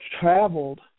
traveled